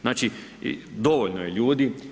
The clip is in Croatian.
Znači dovoljno je ljudi.